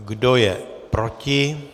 Kdo je proti?